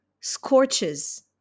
scorches